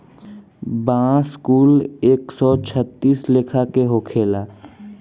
बांस कुल एक सौ छत्तीस लेखा के होखेला